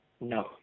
No